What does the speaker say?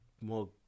more